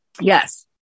Yes